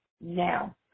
now